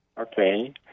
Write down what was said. Okay